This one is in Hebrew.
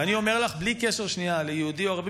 ואני אומר לך בלי קשר ליהודי או ערבי,